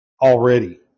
already